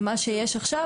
מה שיש עכשיו,